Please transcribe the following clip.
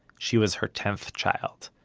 she was her tenth child.